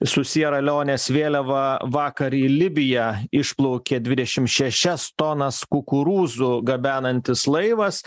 su siera leonės vėliava vakar į libiją išplaukė dvidešim šešias tonas kukurūzų gabenantis laivas